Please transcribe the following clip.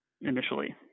initially